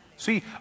See